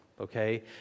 okay